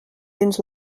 dins